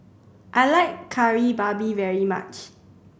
I like Kari Babi very much